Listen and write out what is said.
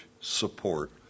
support